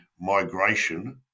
migration